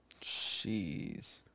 jeez